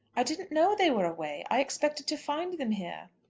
i didn't know they were away. i expected to find them here.